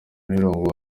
n’irungu